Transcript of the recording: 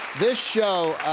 this show,